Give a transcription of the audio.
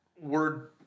Word